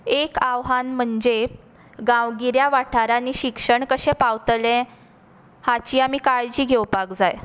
एक आव्हान म्हणजे गांवगिऱ्या वाठारांनी शिक्षण कशें पावतलें हाची आमी काळजी घेवपाक जाय